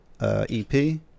EP